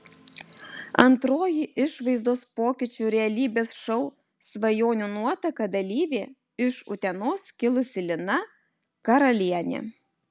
antroji išvaizdos pokyčių realybės šou svajonių nuotaka dalyvė iš utenos kilusi lina karalienė